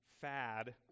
fad